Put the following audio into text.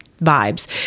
vibes